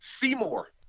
Seymour